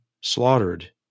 slaughtered